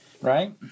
Right